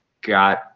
got